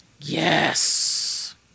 Yes